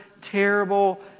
terrible